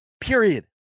period